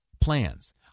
plans